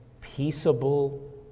peaceable